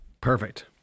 Perfect